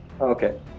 Okay